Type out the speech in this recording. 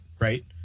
right